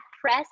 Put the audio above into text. press